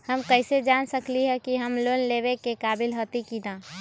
हम कईसे जान सकली ह कि हम लोन लेवे के काबिल हती कि न?